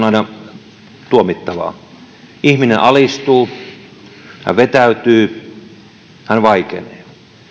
aina tuomittavia ihminen alistuu hän vetäytyy hän vaikenee